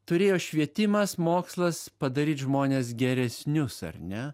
turėjo švietimas mokslas padaryt žmones geresnius ar ne